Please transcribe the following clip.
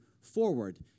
forward